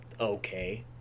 okay